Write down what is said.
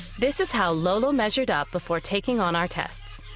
this is how lolo measured up before taking on our tests.